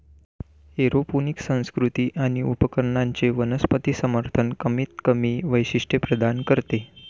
aeroponic संस्कृती आणि उपकरणांचे वनस्पती समर्थन कमीतकमी वैशिष्ट्ये प्रदान करते